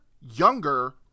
younger